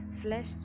flesh